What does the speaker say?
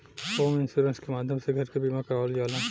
home insurance के माध्यम से घर के बीमा करावल जाला